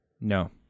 No